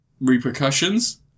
repercussions